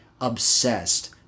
obsessed